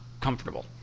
comfortable